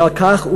ועל כך,